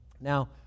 Now